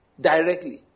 directly